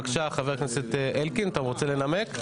בבקשה, חבר הכנסת אלקין, אתה רוצה לנמק?